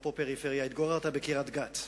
אפרופו פריפריה, התגוררת בקריית-גת.